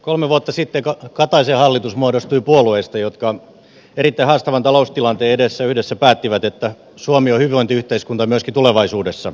kolme vuotta sitten kataisen hallitus muodostui puolueista jotka erittäin haastavan taloustilanteen edessä yhdessä päättivät että suomi on hyvinvointiyhteiskunta myöskin tulevaisuudessa